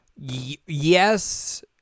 yes